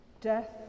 Death